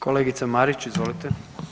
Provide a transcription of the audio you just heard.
Kolegica Marić, izvolite.